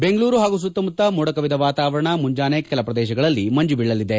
ಬೆಂಗಳೂರು ಹಾಗೂ ಸುತ್ತಮುತ್ತ ಮೋಡಕವಿದ ವಾತಾವರಣ ಮುಂಜಾನೆ ಕೆಲ ಪ್ರದೇಶಗಳಲ್ಲಿ ಮಂಜು ಬೀಳಲಿದೆ